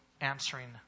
answering